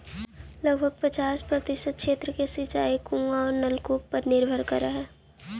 लगभग पचास प्रतिशत क्षेत्र के सिंचाई कुआँ औ नलकूप पर निर्भर करऽ हई